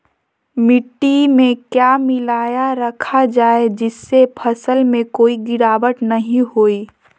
मिट्टी में क्या मिलाया रखा जाए जिससे फसल में कोई गिरावट नहीं होई?